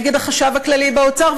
נגד החשב הכללי באוצר,